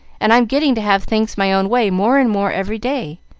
and i'm getting to have things my own way more and more every day.